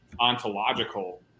ontological